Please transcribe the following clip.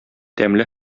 тәмле